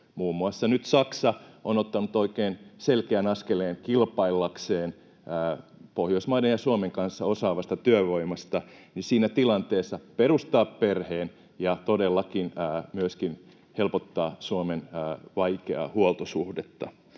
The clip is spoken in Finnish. muun muassa nyt Saksa on ottanut oikein selkeän askeleen kilpaillakseen Pohjoismaiden ja Suomen kanssa osaavasta työvoimasta — niin että siinä tilanteessa perustaa perheen ja todellakin myöskin helpottaa Suomen vaikeaa huoltosuhdetta.